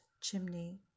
chimney